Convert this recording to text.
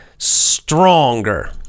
stronger